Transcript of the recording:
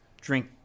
drink